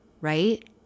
right